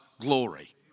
glory